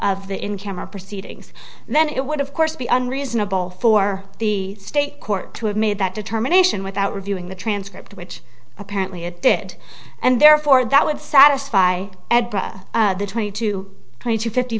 of the in camera proceedings then it would of course be unreasonable for the state court to have made that determination without reviewing the transcript which apparently it did and therefore that would satisfy the twenty two twenty two fifty